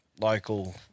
local